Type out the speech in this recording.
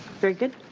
very good.